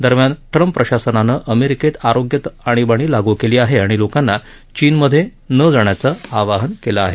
दरम्यान ट्रम्प प्रशासनानं अमेरिकेत आरोग्य आणीबाणी लागू केली आहे आणि लोकांना चीनमध्ये न जाण्याचे आव्हान केलं आहे